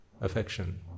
affection